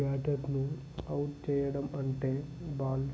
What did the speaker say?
బ్యాటర్ని ఔట్ చేయడం అంటే బాల్